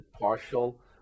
partial